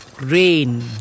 Rain